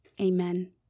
amen